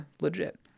legit